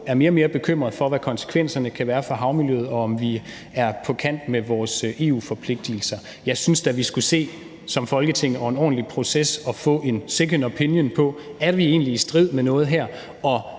er mere og mere bekymrede for, hvad konsekvenserne kan være for havmiljøet, og om vi er på kant med vores EU-forpligtigelser. Jeg synes da, at vi som Folketing som en ordentlig proces skulle se at få en second opinion på, om vi her egentlig er i strid med noget,